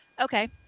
Okay